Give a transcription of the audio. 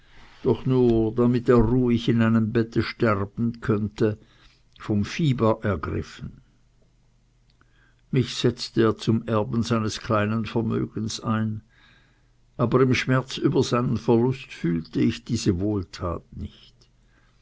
doch nur damit er ruhig in einem bette sterben könnte vom fieber ergriffen mich setzte er zum erben seines kleinen vermögens ein aber im schmerz über seinen verlust fühlte ich diese wohltat nicht